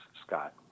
Scott